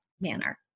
manner